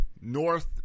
North